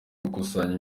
gukusanya